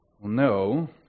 No